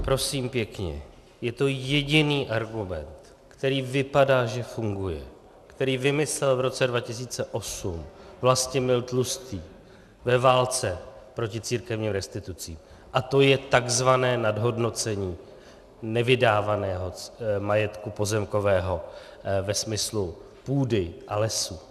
Prosím pěkně, je to jediný argument, který vypadá, že funguje, který vymyslel v roce 2008 Vlastimil Tlustý ve válce proti církevním restitucím, a to je tzv. nadhodnocení nevydávaného majetku pozemkového ve smyslu půdy a lesů.